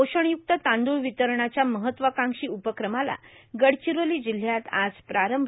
पोषणयुक्त तांदूळ वितरणाच्या महत्वाकांक्षी उपक्रमाला गर्डाचरोलां जिल्ह्यात आज प्रारंभ